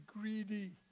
greedy